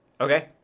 okay